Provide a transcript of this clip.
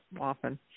often